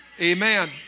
Amen